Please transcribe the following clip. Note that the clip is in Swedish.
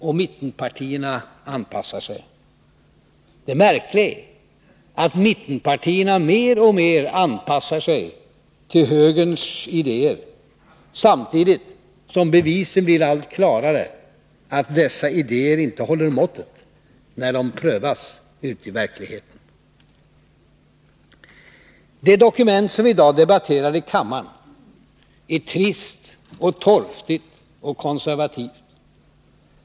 Och mittenpartierna anpassar sig. Det märkliga är att mittenpartierna mer och mer anpassar sig till högerns idéer, samtidigt som bevisen blir allt klarare att dessa idéer inte håller måttet när de skall föras ut i verkligheten. Det dokument som vi i dag debatterar i kammaren är trist och torftigt och konservativt.